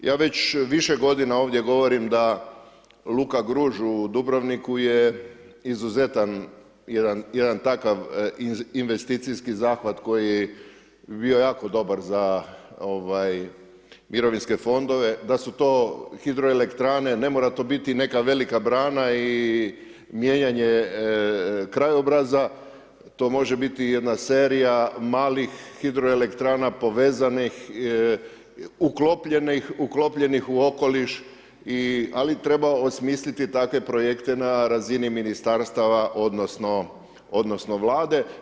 Ja već više godina ovdje govorim da Luka Gruž u Dubrovniku je izuzetan jedan takav investicijski zahvat koji bi bio jako dobar za mirovinske fondove, da su to hidroelektrane, ne mora to biti neka velika brana i mijenjanje krajobraza, to može biti jedna serija malih hidroelektrana povezanih, uklopljenih u okoliš, ali treba osmisliti takve projekte na razini ministarstava, odnosno Vlade.